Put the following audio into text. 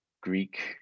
Greek